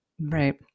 right